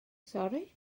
sori